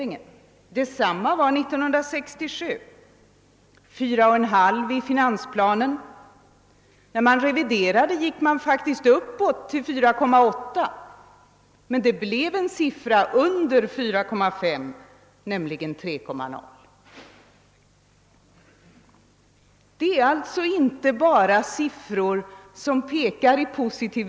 Likadant blev det 1967. I finansplanen beräknades prisstegringen bli 4,5 procent; i den reviderade planen höjdes faktiskt siffran till 4,8 procent, men den blev 3,0 procent — alltså under 4,5 procent.